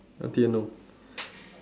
a bit no